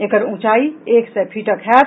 एकर ऊंचाई एक सय फीटक होयत